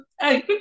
hey